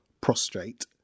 prostrate